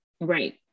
Right